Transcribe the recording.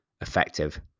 effective